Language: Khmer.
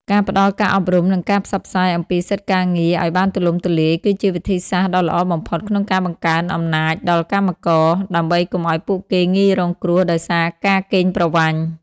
ការផ្តល់ការអប់រំ និងការផ្សព្វផ្សាយអំពីសិទ្ធិការងារឱ្យបានទូលំទូលាយ គឺជាវិធីសាស្ត្រដ៏ល្អបំផុតក្នុងការបង្កើនអំណាចដល់កម្មករ ដើម្បីកុំឱ្យពួកគេងាយរងគ្រោះដោយសារការកេងប្រវ័ញ្ច។